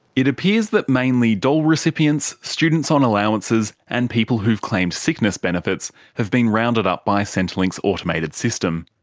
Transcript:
it appears that mainly dole recipients, students on allowances and people who've claimed sickness benefits have been rounded up by centrelink's automated system.